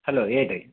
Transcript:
hello ಹೇಳಿರಿ